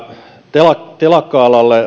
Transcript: telakka telakka alalle